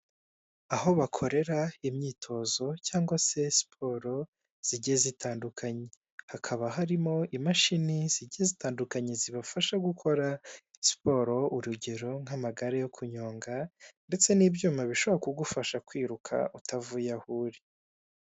Aho bakorera imyitozo cyangwa se siporo zigiye zitandukanye. Hakaba harimo imashini zigiye zitandukanye zibafasha gukora siporo urugero nk'amagare yo kunyonga, ndetse n'ibyuma bishobora kugufasha kwiruka utavuye aho uri.